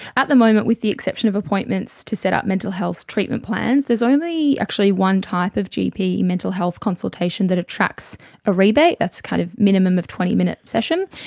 at the moment, with the exception of appointments to set up mental health treatment plans, there's only actually one type of gp mental health consultation that attracts a rebate, that's kind of minimum of a twenty minute session.